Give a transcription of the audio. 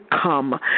come